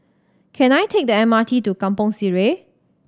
can I take the M R T to Kampong Sireh